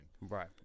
Right